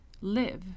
live